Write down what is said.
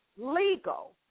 legal